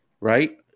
right